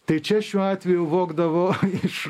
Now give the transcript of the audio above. tai čia šiuo atveju vogdavo iš